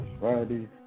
Friday